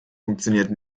funktioniert